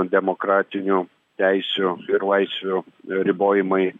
demokratinių teisių ir laisvių ribojimai